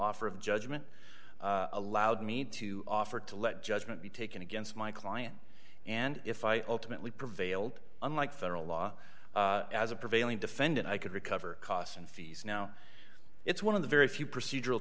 offer of judgment allowed me to offer to let judgement be taken against my client and if i ultimately prevailed unlike federal law as a prevailing defendant i could recover costs and fees now it's one of the very few procedural